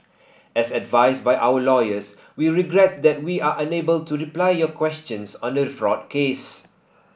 as advised by our lawyers we regret that we are unable to reply your questions on the fraud case